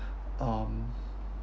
um